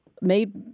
made